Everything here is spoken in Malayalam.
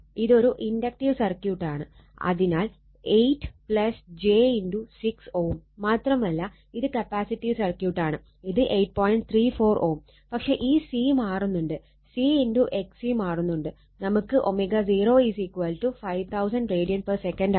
അപ്പോൾ നമുക്ക് 115